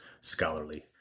scholarly